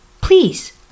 please